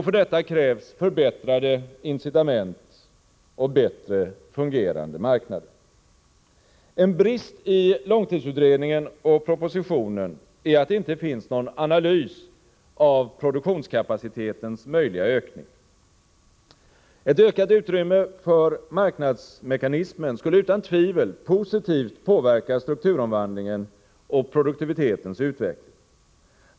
För detta krävs förbättrade incitament och bättre fungerande marknader. En brist i långtidsutredningen och propositionen är att det inte finns någon analys av produktionskapacitetens möjliga ökning. Ett ökat utrymme för marknadsmekanismen skulle utan tvivel positivt påverka strukturomvandlingen och produktivitetens utveckling.